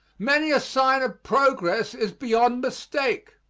many a sign of progress is beyond mistake.